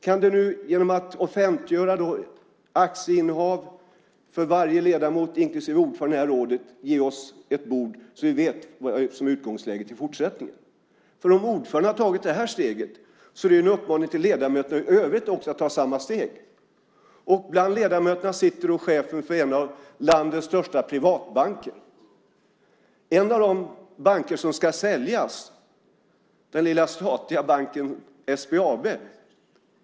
Kan du nu offentliggöra aktieinnehav för varje ledamot, inklusive ordföranden i detta råd, så att vi vet vad som är utgångsläget i fortsättningen? Om ordföranden har tagit detta steg är det en uppmaning till ledamöterna i övrigt att ta samma steg. Bland ledamöterna sitter chefen för en av landets största privatbanker. En av de banker som ska säljas är den lilla statliga banken SBAB.